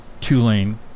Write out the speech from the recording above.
two-lane